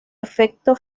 efecto